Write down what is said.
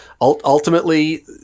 ultimately